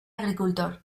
agricultor